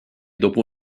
dopo